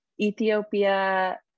Ethiopia